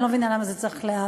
אני לא מבינה למה צריך לאט.